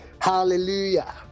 Hallelujah